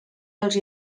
dels